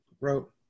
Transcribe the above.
wrote